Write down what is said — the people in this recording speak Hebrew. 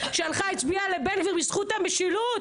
שהלכה והצביעה לבן גביר בזכות המשילות,